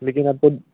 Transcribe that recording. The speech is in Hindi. लेकिन अब तब